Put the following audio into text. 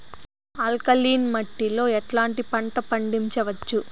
Alkaline మట్టి లో ఎట్లాంటి పంట పండించవచ్చు,?